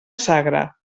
sagra